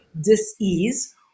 dis-ease